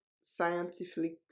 scientifically